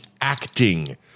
acting